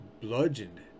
bludgeoned